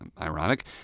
Ironic